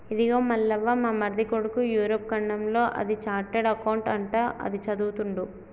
ఇదిగో మల్లవ్వ మా మరిది కొడుకు యూరప్ ఖండంలో అది చార్టెడ్ అకౌంట్ అంట అది చదువుతుండు